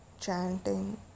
chanting